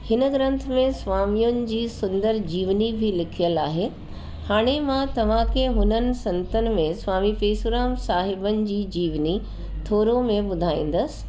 हिन ग्रंथ में स्वामियुनि जी सुंदरु जीवनी बि लिखयलु आहे हाणे मां तव्हांखे हुननि संतन में स्वामी पेसुराम साहिबनि जी जीवनी थोरो में ॿुधाइंदसि